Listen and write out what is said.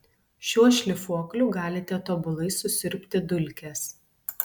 šiuo šlifuokliu galite tobulai susiurbti dulkes